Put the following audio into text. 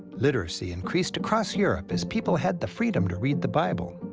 literacy increased across europe as people had the freedom to read the bible.